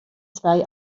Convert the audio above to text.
zwei